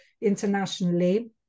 internationally